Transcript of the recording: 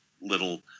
little